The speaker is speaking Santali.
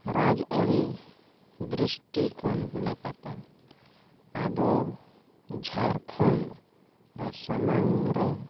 ᱨᱟᱡᱽᱟᱹᱨᱤ ᱫᱨᱤᱥᱴᱤᱠᱳᱱ ᱞᱮᱠᱟᱛᱮ ᱟᱵᱚ ᱡᱷᱟᱲᱠᱷᱚᱸᱰᱨᱮ ᱥᱟᱢᱟᱝᱨᱮ